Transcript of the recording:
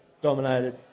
dominated